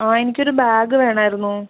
ആ എനിക്കൊരു ബാഗ് വേണമായിരുന്നു